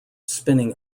spinning